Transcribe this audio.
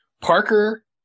Parker